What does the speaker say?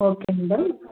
okay madam